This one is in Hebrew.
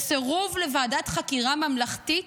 סירוב לוועדת חקירה ממלכתית